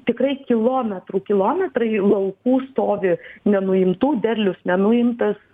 tikrai kilometrų kilometrai laukų stovi nenuimtų derlius nenuimtas